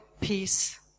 peace